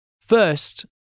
first